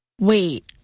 Wait